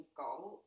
goal